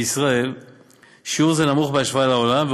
בישראל שיעור זה נמוך בהשוואה לעולם,